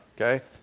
Okay